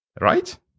Right